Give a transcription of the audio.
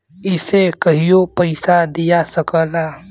इसे कहियों पइसा दिया सकला